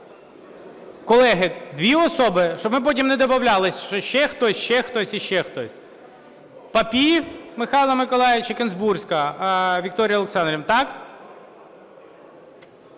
Колеги, дві особи? Щоб ми потім не добавляли, що ще хтось, ще хтось і ще хтось. Папієв Михайло Миколайович і Кінзбурська Вікторія Олександрівна. Так?